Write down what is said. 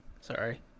Sorry